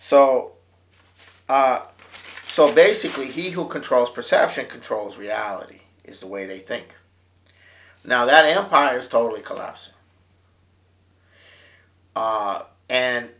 so so basically he who controls perception controls reality is the way they think now that empires totally collapsed and